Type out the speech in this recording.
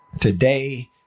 today